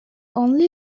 only